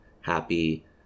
happy